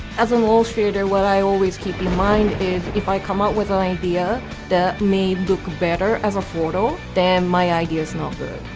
as and illustrator, what i always keep in mind is if i come up with an idea that may look better as a photo, then my idea is not good.